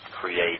create